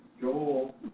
Joel